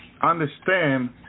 understand